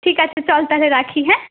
ঠিক আছে চল তাহলে রাখি হ্যাঁ